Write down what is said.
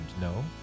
no